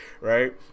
right